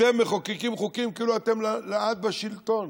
אתם מחוקקים חוקים כאילו אתם לעד בשלטון.